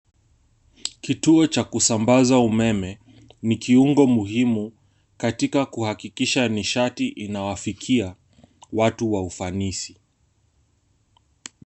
Kituo cha kusambaza umeme ni kiungo muhimu katika kuhakikisha nishati inawafikia watu kwa ufanisi.